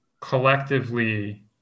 collectively